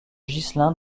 ghislain